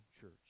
church